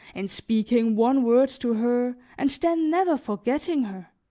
in speaking one word to her, and then never forgetting her?